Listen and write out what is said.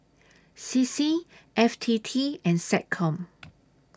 C C F T T and Seccom